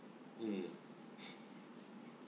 mm